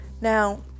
now